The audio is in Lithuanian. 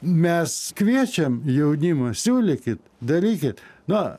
mes kviečiam jaunimą siūlykit darykit na